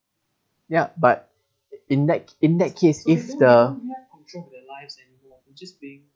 ya but in that in that case if the